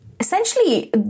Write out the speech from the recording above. Essentially